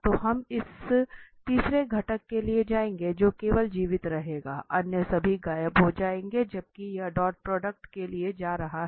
तो हम इस तीसरे घटक के लिए जाएंगे जो केवल जीवित रहेगा अन्य सभी गायब हो जाएंगे जबकि यह डॉट प्रोडक्ट के लिए जा रहा है